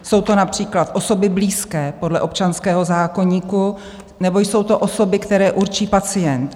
Jsou to například osoby blízké podle občanského zákoníku nebo to jsou osoby, které určí pacient.